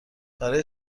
برای